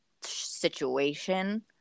situation